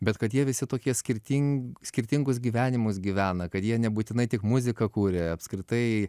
bet kad jie visi tokie skirting skirtingus gyvenimus gyvena kad jie nebūtinai tik muziką kuria apskritai